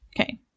Okay